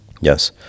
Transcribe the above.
yes